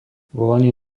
volanie